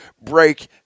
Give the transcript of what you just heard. break